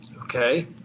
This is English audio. Okay